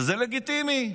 וזה לגיטימי.